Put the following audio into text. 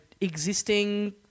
existing